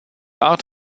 art